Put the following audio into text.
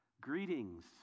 Greetings